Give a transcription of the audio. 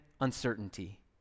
uncertainty